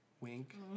wink